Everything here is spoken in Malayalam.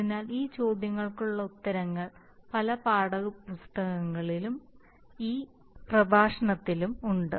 അതിനാൽ ഈ ചോദ്യങ്ങൾക്കുള്ള ഉത്തരങ്ങൾ പല പാഠപുസ്തകങ്ങളിലും ഈ പ്രഭാഷണത്തിലും ഉണ്ട്